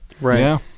right